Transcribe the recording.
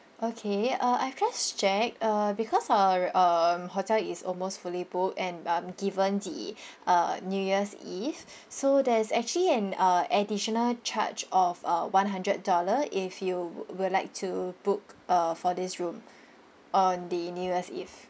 okay uh I've just checked uh because our um hotel is almost fully booked and um given the uh new year's eve so there's actually an uh additional charge of uh one hundred dollar if you wou~ would like to book uh for this room on the new year's eve